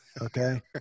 okay